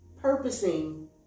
purposing